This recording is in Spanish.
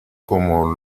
como